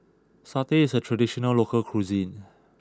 Satay is a traditional local cuisine